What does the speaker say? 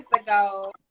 ago